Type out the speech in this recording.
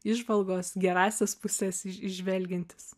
įžvalgos gerąsias puses įž įžvelgiantys